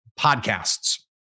podcasts